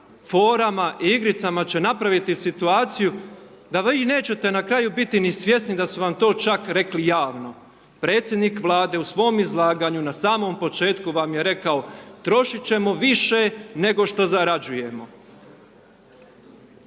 forama i igricama će napraviti situaciju da vi nećete na kraju biti ni svjesni da su vam to čak rekli javno. Predsjednik Vlade u svom izlaganju na samom početku vam je rekao, trošiti ćemo više, nego što zarađujemo.